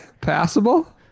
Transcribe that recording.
Passable